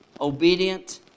Obedient